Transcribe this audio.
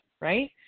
right